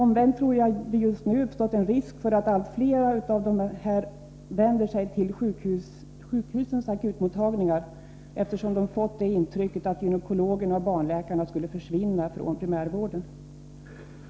Omvänt tror jag att det just nu uppstått en risk för att allt fler av dessa patienter vänder sig till sjukhusens akutmottagningar, eftersom de fått det intrycket att gynekologerna och barnläkarna skulle försvinna från primärvården.